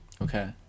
okay